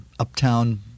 uptown